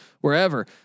wherever